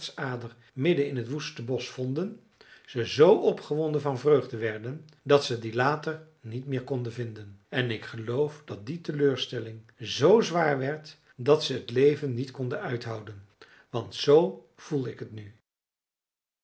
in t woeste bosch vonden ze z opgewonden van vreugde werden dat ze die later niet meer konden vinden en ik geloof dat die teleurstelling zoo zwaar werd dat ze het leven niet konden uithouden want zoo voel ik het nu